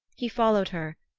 he followed her,